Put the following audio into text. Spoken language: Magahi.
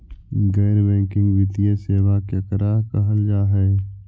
गैर बैंकिंग वित्तीय सेबा केकरा कहल जा है?